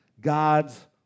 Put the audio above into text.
God's